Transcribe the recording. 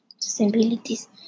disabilities